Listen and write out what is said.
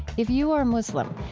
if you are muslim,